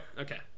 okay